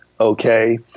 okay